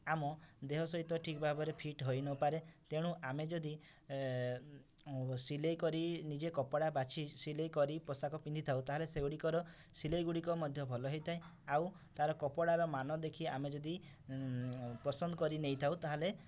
ଆମ ଦେହ ସହିତ ଠିକ୍ ଭାବରେ ଫିଟ୍ ହୋଇ ନ ପାରେ ତେଣୁ ଆମେ ଯଦି ସିଲେଇ କରି ନିଜେ କପଡ଼ା ବାଛି ସିଲେଇ କରି ପୋଷାକ ପିନ୍ଧି ଥାଉ ତା'ହାଲେ ସେଗୁଡ଼ିକର ସିଲେଇଗୁଡ଼ିକ ମଧ୍ୟ ଭଲ ହୋଇଥାଏ ଆଉ ତା'ର କପଡ଼ାର ମାନ ଦେଖି ଆମେ ଯଦି ପସନ୍ଦ କରି ନେଇଥାଉ ତା'ହାହେଲେ